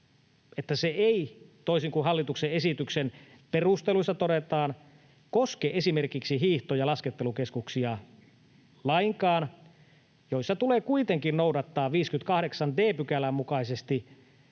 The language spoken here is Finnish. että se ei — toisin kuin hallituksen esityksen perusteluissa todetaan — koske lainkaan esimerkiksi hiihto- ja laskettelukeskuksia, joissa tulee kuitenkin noudattaa 58 d §:n mukaisesti